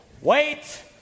Wait